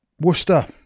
Worcester